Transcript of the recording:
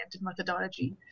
methodology